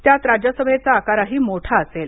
त्यात राज्यसभेचा आकारही मोठा असेल